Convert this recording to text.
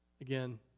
Again